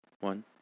One